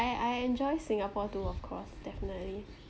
I I enjoy singapore too of course definitely